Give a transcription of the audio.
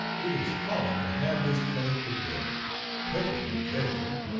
it is hawid to have this cullud cadet perfectly dre'fful.